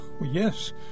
yes